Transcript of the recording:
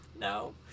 No